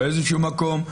באיזה מקום,